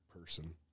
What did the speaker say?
person